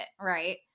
Right